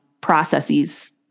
processes